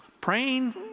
Praying